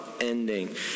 ending